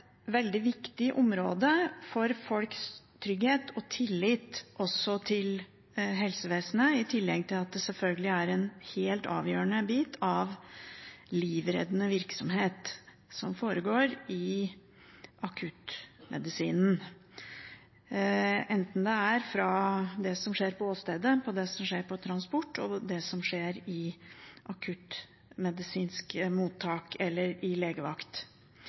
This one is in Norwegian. veldig viktig område for folks trygghet og tillit til helsevesenet, i tillegg til at det selvfølgelig er en helt avgjørende bit av den livreddende virksomheten som foregår i akuttmedisinen – enten det er det som skjer på åstedet, det som skjer ved transport, eller det som skjer i akuttmedisinsk mottak eller i legevakt.